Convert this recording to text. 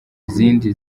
izindi